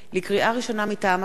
לקריאה ראשונה, מטעם הכנסת: